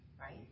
right